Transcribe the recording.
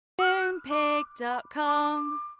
Moonpig.com